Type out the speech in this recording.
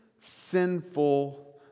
sinful